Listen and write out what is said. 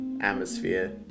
atmosphere